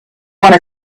wanna